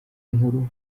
nkuru